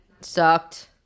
sucked